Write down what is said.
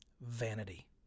vanity